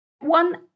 One